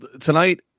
tonight